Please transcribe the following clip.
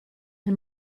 del